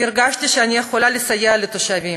הרגשתי שאני יכולה לסייע לתושבים,